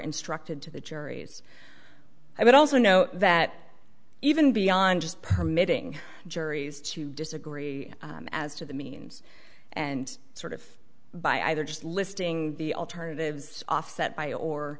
instructed to the juries i would also note that even beyond just permitting juries to disagree as to the means and sort of by either just listing the alternatives offset by or